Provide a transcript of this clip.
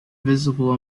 visible